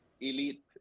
elite